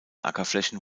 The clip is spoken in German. ackerflächen